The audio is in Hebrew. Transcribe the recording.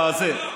בזה,